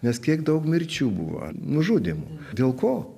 nes kiek daug mirčių buvo nužudymų dėl ko